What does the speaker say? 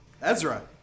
Ezra